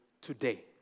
Today